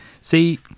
See